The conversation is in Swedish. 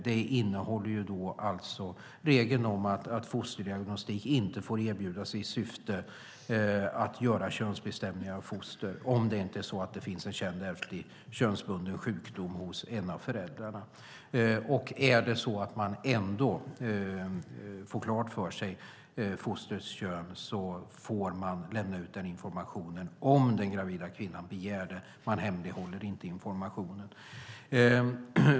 Det innehåller alltså regeln om att fosterdiagnostik inte får erbjudas i syfte att göra könsbestämningar av foster om det inte är så att det finns en känd ärftlig, könsbunden sjukdom hos en av föräldrarna. Är det så att man ändå får fostrets kön klart för sig får man lämna ut informationen om den gravida kvinnan begär det; man hemlighåller inte informationen.